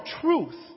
truth